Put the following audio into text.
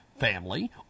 Family